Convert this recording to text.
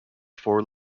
four